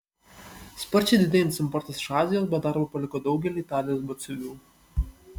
sparčiai didėjantis importas iš azijos be darbo paliko daugelį italijos batsiuvių